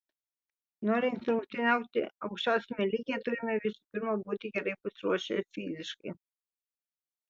norint rungtyniauti aukščiausiame lygyje turime visų pirma būti gerai pasiruošę fiziškai